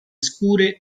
scure